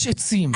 יש עצים,